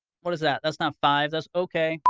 what is that? that's not five, that's okay.